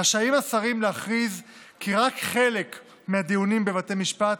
רשאים השרים להכריז כי רק חלק מהדיונים בבתי המשפט